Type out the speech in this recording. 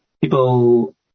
People